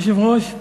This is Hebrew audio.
גברתי היושבת-ראש,